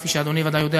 כפי שאדוני בוודאי יודע,